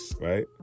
right